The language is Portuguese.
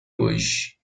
hoje